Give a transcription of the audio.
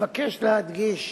אבקש להדגיש,